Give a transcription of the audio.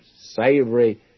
savory